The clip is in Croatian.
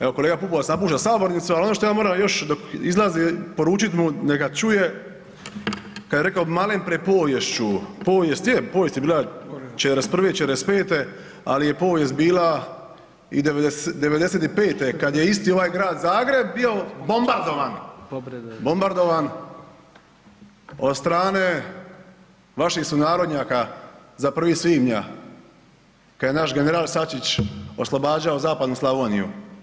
Evo kolega Pupovac napušta sabornicu, ali ono što ja moram još dok izlazi poručit mu neka čuje kad je rekao obmanjen pred poviješću, povijest je, povijest je bila '41., '45., ali je povijest bila i '95. kad je isti ovaj Grad Zagreb bio bombardovan od strane vaših sunarodnjaka za 1. svibnja, kad je naš general Sačić oslobađao zapadnu Slavoniju.